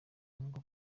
avuga